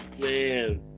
Man